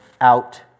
out